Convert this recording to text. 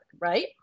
right